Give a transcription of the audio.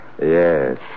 Yes